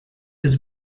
his